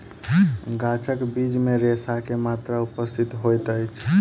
गाछक बीज मे रेशा के मात्रा उपस्थित होइत अछि